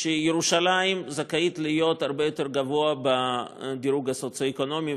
שירושלים זכאית להיות במקום הרבה יותר גבוה בדירוג הסוציו-אקונומי,